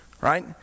Right